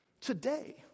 today